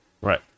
Right